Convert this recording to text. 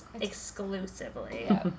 exclusively